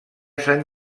sant